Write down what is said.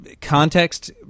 context